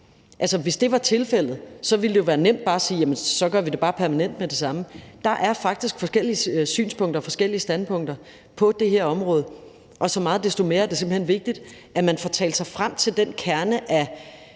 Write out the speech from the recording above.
hvis det var tilfældet, ville det jo være nemt bare at sige: Jamen så gør vi det bare permanent med det samme. Der er faktisk forskellige synspunkter og forskellige standpunkter på det her område, og så meget desto mere er det simpelt hen vigtigt, at man får talt sig frem til den kerne af